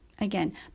Again